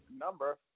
number